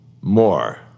more